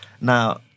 now